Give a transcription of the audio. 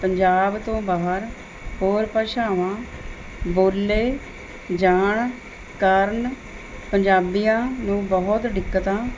ਪੰਜਾਬ ਤੋਂ ਬਾਹਰ ਹੋਰ ਭਾਸ਼ਾਵਾਂ ਬੋਲੇ ਜਾਣ ਕਾਰਨ ਪੰਜਾਬੀਆਂ ਨੂੰ ਬਹੁਤ ਦਿੱਕਤਾਂ